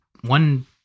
one